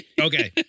Okay